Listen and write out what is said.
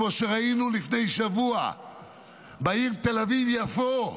כמו שראינו לפני שבוע בעיר תל אביב יפו.